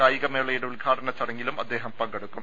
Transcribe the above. കായികമേളയുടെ ഉദ്ഘാടന ചടങ്ങിലും അദ്ദേഹം പങ്കെടുക്കും